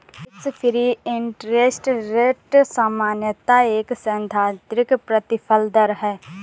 risk free interest rate सामान्यतः एक सैद्धांतिक प्रतिफल दर है